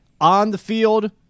on-the-field